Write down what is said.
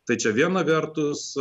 tai čia viena vertus